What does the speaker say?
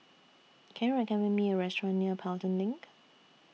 Can YOU recommend Me A Restaurant near Pelton LINK